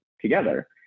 together